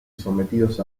sometidos